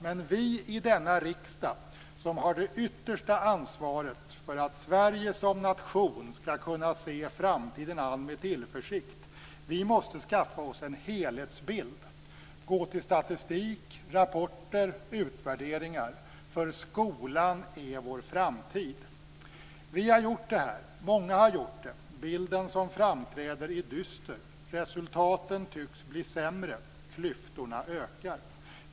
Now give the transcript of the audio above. Men vi i denna riksdag som har det yttersta ansvaret för att Sverige som nation skall kunna se framtiden an med tillförsikt måste skaffa oss en helhetsbild. Vi får använda statistik, rapporter och utvärderingar. Skolan är vår framtid. Vi har gjort det. Många har gjort det. Bilden som framträder är dyster. Resultaten tycks bli sämre. Klyftorna ökar.